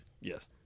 Yes